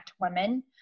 women